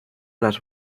las